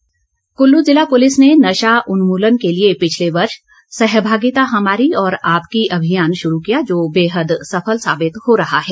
नशा उन्मूलन कुल्लू जिला पुलिस ने नशा उन्मूलन के लिए पिछले वर्ष सहभागिता हमारी और आपकी अभियान शुरू किया जो बेहद सफल साबित हो रहा है